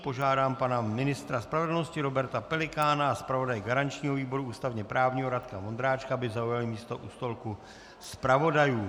Požádám pana ministra spravedlnosti Roberta Pelikána a zpravodaje garančního výboru ústavněprávního Radka Vondráčka, aby zaujali místo u stolku zpravodajů.